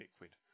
liquid